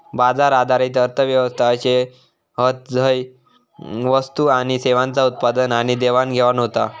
बाजार आधारित अर्थ व्यवस्था अशे हत झय वस्तू आणि सेवांचा उत्पादन आणि देवाणघेवाण होता